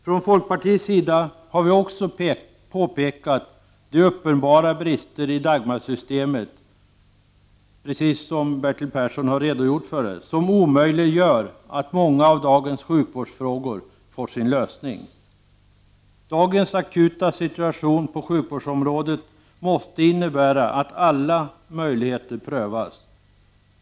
Från folkpartiets sida har vi också pekat på de uppenbara brister i Dagmarsystemet — Bertil Persson har redogjort för dessa — som omöjliggör att många av dagens sjukvårdsfrågor får en lösning. Dagens akuta situation på sjukvårdsområdet måste innebära att alla möjligheter prövas.